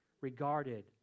regarded